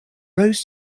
rose